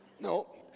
No